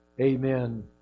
Amen